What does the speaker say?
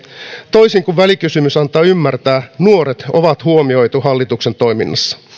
toisin kuin välikysymys antaa ymmärtää nuoret on huomioitu hallituksen toiminnassa tästä